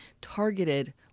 Targeted